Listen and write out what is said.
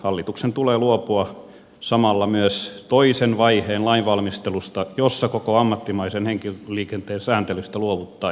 hallituksen tulee luopua samalla myös toisen vaiheen lainvalmistelusta jossa koko ammattimaisen henkilöliikenteen sääntelystä luovuttaisiin